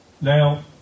Now